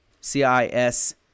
CIS